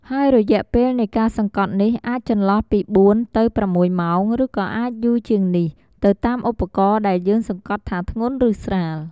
ហើយរយៈពេលនៃការសង្កត់នេះ អាចចន្លោះពី ៤ ទៅ ៦ ម៉ោង ឬក៏អាចយូរជាងនេះ ទៅតាមឧបករណ៍ដែលយើងសង្កត់ថាធ្ងន់ ឬស្រាល។